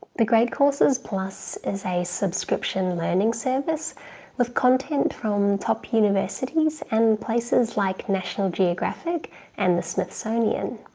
the great courses plus is a subscription learning service with content from top universities and places like national geographic and the smithsonian.